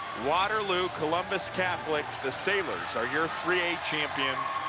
waterloo columbus catholic, the sailors, are your three a champion.